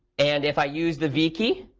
and if i use the v key,